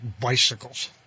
bicycles